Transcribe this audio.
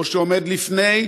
או שעומד לפני,